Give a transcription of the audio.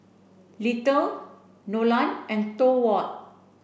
Littie Nolan and Thorwald